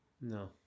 No